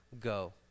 Go